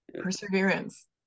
Perseverance